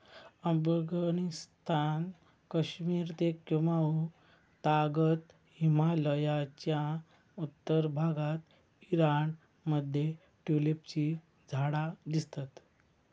अफगणिस्तान, कश्मिर ते कुँमाउ तागत हिमलयाच्या उत्तर भागात ईराण मध्ये ट्युलिपची झाडा दिसतत